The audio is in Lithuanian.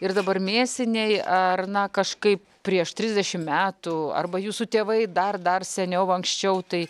ir dabar mėsiniai ar na kažkaip prieš trisdešim metų arba jūsų tėvai dar dar seniau anksčiau tai